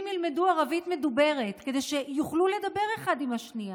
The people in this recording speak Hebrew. ילמדו ערבית מדוברת כדי שיוכלו לדבר אחד עם השנייה.